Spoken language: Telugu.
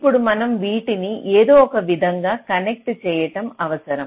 ఇప్పుడు మనం వీటిని ఏదో ఒక విధంగా కనెక్ట్ చేయటం అవసరం